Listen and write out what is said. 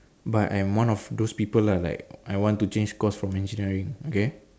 but I'm one of those people lah like I want to change course from engineering okay